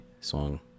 song